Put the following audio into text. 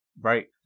right